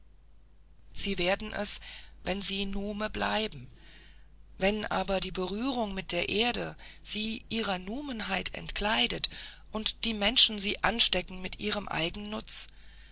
sie werden es wenn sie nume bleiben wenn aber die berührung mit der erde sie ihrer numenheit entkleidet und die menschen sie anstecken mit ihrem eigennutz